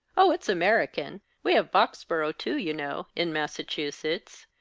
oh, it's american. we have boxboro' too, you know, in massachusetts.